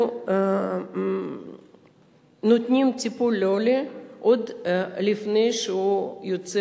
אנחנו נותנים טיפול לעולה עוד לפני שהוא יוצא